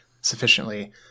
sufficiently